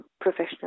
professional